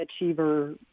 achiever